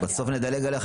בבקשה,